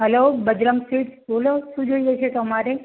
હાલો Bajrang foods બોલો શું જોઈએ છે તમારે